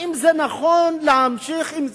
האם נכון להמשיך עם זה?